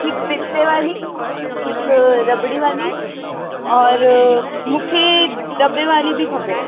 हिकु पिस्ते वाली हिकु रबड़ी वाली और मूंखे डब्बे वाली बि खपे